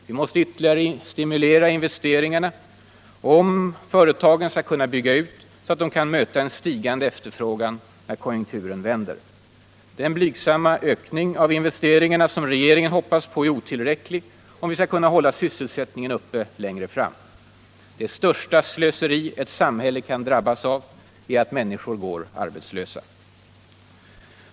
Vi måste ytterligare stimulera investeringarna, om företagen skall kunna bygga ut så mycket att de kan möta en stigande efterfrågan när konjunkturen vänder. Den blygsamma ökning av investeringarna som regeringen hoppas på är otillräcklig, om vi skall kunna hålla sysselsättningen uppe längre fram. Det största slöseri ett samhälle kan drabbas av är att människor går arbetslösa.